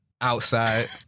Outside